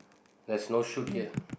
there's no shoot here